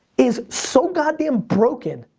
is so goddamn broken.